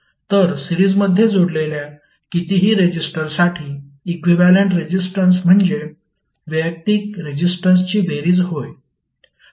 तर सिरीजमध्ये जोडलेल्या कितीही रेजिस्टरसाठी इक्विव्हॅलेंट रेजिस्टन्स म्हणजे वैयक्तिक रेजिस्टन्सची बेरीज होय